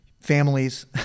families